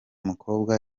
mukobwa